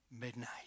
Midnight